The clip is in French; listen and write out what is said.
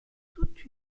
toute